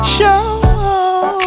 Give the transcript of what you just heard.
Show